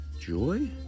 Joy